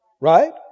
Right